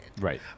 Right